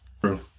True